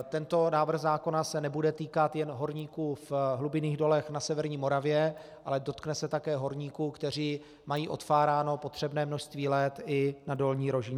Tento návrh zákona se nebude týkat jen horníků v hlubinných dolech na severní Moravě, ale dotkne se také horníků, kteří mají odfáráno potřebné množství let i na Dolní Rožínce.